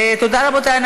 תודה, רבותיי.